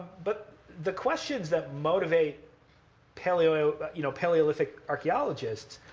but the questions that motivate paleolithic but you know paleolithic archaeologists,